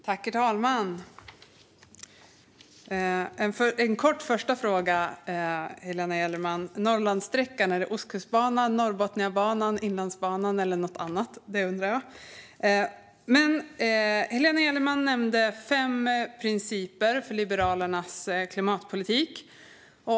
Herr talman! Jag har en kort första fråga, Helena Gellerman. Norrlandssträckan - är det Ostkustbanan, Norrbotniabanan, Inlandsbanan eller något annat? Det undrar jag. Helena Gellerman nämnde fem principer för Liberalernas klimatpolitik.